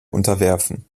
unterwerfen